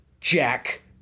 Jack